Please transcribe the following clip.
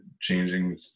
changing